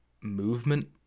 movement